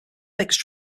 mixed